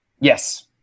Yes